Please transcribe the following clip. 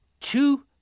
two